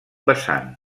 vessant